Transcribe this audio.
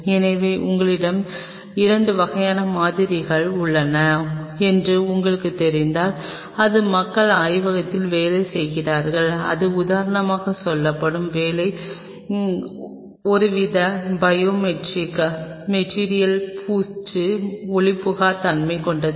எனவே உங்களிடம் 2 வகையான மாதிரிகள் உள்ளன என்று உங்களுக்குத் தெரிந்தால் அதன் மக்கள் ஆய்வகத்தில் வேலை செய்கிறார்கள் இது உதாரணமாகச் சொல்லப்படும் உங்கள் வேலை ஒருவித பயோ மெட்டீரியல் பூச்சு ஒளிபுகா தன்மை கொண்டது